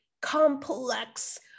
complex